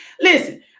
Listen